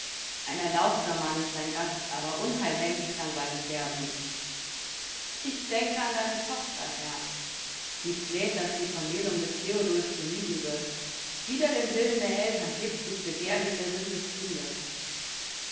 ein erlauchter mann ist dein gast aber unheil hängt sich an seine fersen ich denke an deine tochter herr sie fleht daß die vermählung mit theodulf gemieden wird wider den willen der eltern hebt sich begehrlich der sinn des kindes